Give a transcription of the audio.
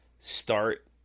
start